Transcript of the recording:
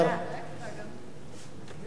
אה, אוקיי, רק שנייה.